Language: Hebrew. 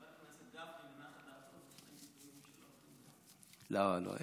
חבר הכנסת גפני, כשנחה דעתו, לא, לא,